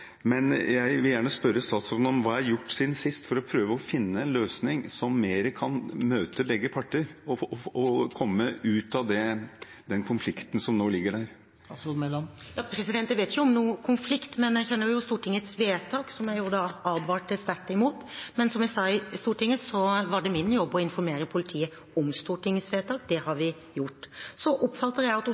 men jeg vil gjerne spørre statsråden: Hva er gjort siden sist for å prøve å finne en løsning som mer kan møte begge parter, for å komme ut av den konflikten som nå ligger der? Jeg vet ikke om noen konflikt, men jeg kjenner jo Stortingets vedtak, som jeg advarte sterkt imot. Men som jeg sa i Stortinget, er det min jobb å informere politiet om Stortingets vedtak, og det har vi gjort. Så oppfatter jeg at